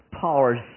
powers